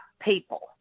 people